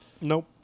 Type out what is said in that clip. Nope